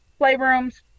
playrooms